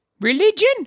Religion